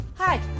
Hi